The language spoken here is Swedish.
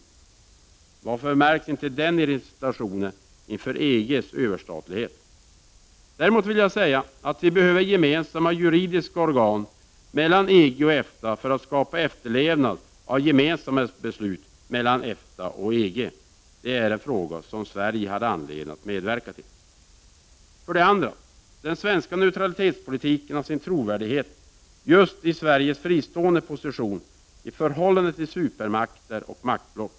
Varför märks inte den irritationen inför EG:s överstatlighet? Däremot behöver vi gemensamma juridiska organ mellan EG och EFTA för att skapa efterlevnad av gemensamma beslut. Det är någonting som Sverige har anledning att medverka till. För det andra: Den svenska neutralitetspolitiken har sin trovärdighet just i Sveriges fristående position i förhållande till supermakter och maktblock.